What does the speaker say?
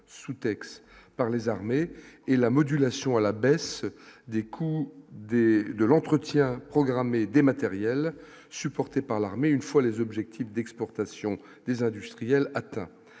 sous-texte par les armées et la modulation à la baisse des coûts des élus de l'entretien programmé des matériels supportée par l'armée, une fois les objectifs d'exportation des industriels atteint